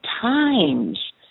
times